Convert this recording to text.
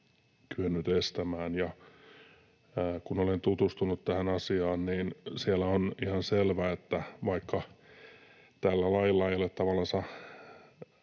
kyennyt estämään. Ja kun olen tutustunut tähän asiaan, niin siellä on ihan selvä, että vaikka tällä lailla ei ole tavallansa